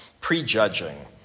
prejudging